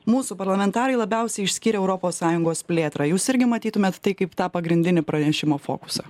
mūsų parlamentarai labiausiai išskyrė europos sąjungos plėtrą jūs irgi matytumėt tai kaip tą pagrindinį pranešimo fokusą